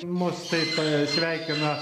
mus taip sveikina